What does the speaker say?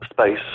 space